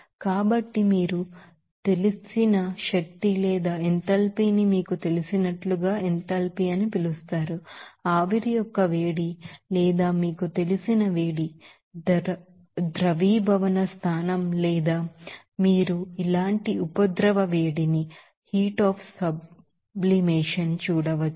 కాబట్టి మీకు తెలిసిన శక్తి లేదా ఎంథాల్పీని మీకు తెలిసినట్లుగా ఎంథాల్పీ అని పిలుస్తారు ఆవిరి యొక్క వేడి లేదా మీకు తెలిసిన వేడి మెల్టింగ్ పాయింట్ లేదా మీరు ఇలాంటి హీట్ అఫ్ సబ్లిమేషన్ని చూడవచ్చు